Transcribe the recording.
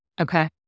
Okay